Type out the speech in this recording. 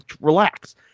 relax